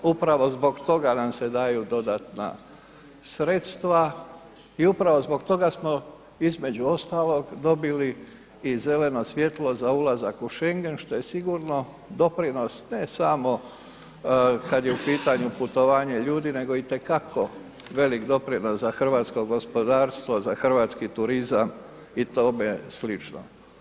Upravo zbog toga nam se daju dodatna sredstva i upravo zbog toga smo, između ostalog, dobili i zeleno svjetlo za ulazak u Schengen što je sigurno doprinos ne samo kad je u pitanju putovanje ljudi, nego i te kako velik doprinos za hrvatskog gospodarstvo, za hrvatski turizam i tome slično.